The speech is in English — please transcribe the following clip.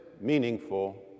meaningful